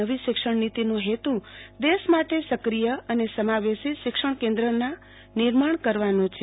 નવી શિક્ષણ નીતિનો હેતુ દેશ માટે સક્રિય અને સમાવેશી શિક્ષણ કેન્દ્રના નિર્માણ કરવાનો છે